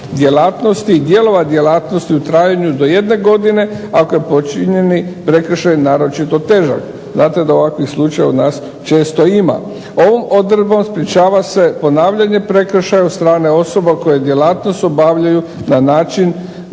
djelatnosti i dijelova djelatnosti u trajanju do jedne godine ako je počinjeni prekršaj naročito težak. Znate da ovakvih slučaja u nas često ima. Ovom odredbom sprječava se ponavljanje prekršaja od strane osoba koje djelatnost obavljaju na način